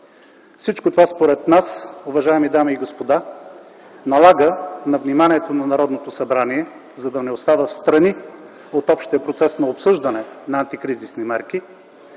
Всичко това, според нас, уважаеми дами и господа, налага на вниманието на Народното събрание, за да не остава встрани от общия процес на обсъждане на антикризисни мерки,